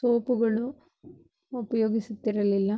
ಸೋಪುಗಳು ಉಪಯೋಗಿಸುತ್ತಿರಲಿಲ್ಲ